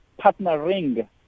partnering